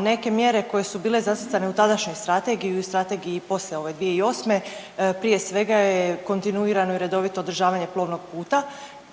Neke mjere koje su bile zacrtane u tadašnjoj strategiji i u strategiji poslije ove 2008. prije svega je kontinuirano i redovito održavanje plovnog puta.